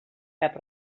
cap